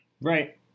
Right